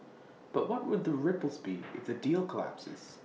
but what would the ripples be if the deal collapses